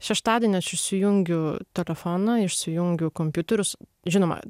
šeštadienį aš įšsijungiu telefoną išsijungiu kompiuterius žinoma